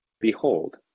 Behold